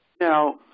Now